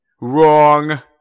Wrong